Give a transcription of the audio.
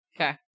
Okay